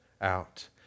out